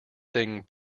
thing